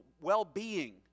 well-being